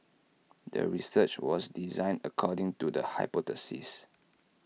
the research was designed according to the hypothesis